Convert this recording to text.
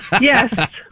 Yes